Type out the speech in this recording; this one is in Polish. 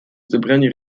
zebrani